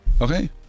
Okay